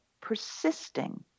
persisting